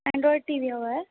Android TV वी हवा आहे